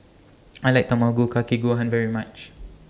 I like Tamago Kake Gohan very much